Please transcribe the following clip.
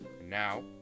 Now